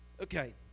Okay